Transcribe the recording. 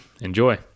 Enjoy